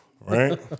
Right